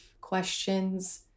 questions